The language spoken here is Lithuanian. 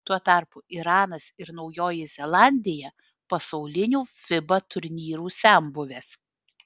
tuo tarpu iranas ir naujoji zelandija pasaulinių fiba turnyrų senbuvės